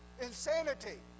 Insanity